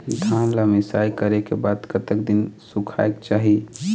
धान ला मिसाई करे के बाद कतक दिन सुखायेक चाही?